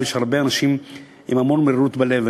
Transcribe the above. שלהרבה אנשים יש המון מרירות בלב עליו.